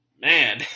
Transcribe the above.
Man